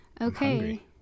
okay